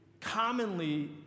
commonly